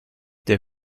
der